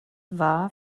war